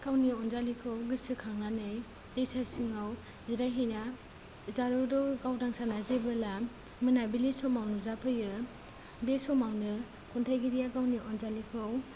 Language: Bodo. गावनि अनजालिखौ गोसो खांनानै दैसा जिङाव जिरायहैना जारौरौ गावदां साना जेबोला मोनाबिलि समाव नुजाफैयो बे समावनो खन्थाइगिरिआ गावनि अनजालिखौ